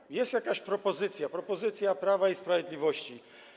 kiedy jest jakaś propozycja, propozycja Prawa i Sprawiedliwości.